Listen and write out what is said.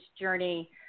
journey